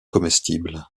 comestible